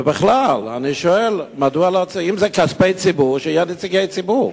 ובכלל, אם אלה כספי ציבור, שיהיו נציגי ציבור.